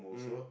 mmhmm